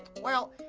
well.